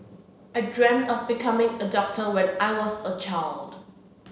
I dreamt of becoming a doctor when I was a child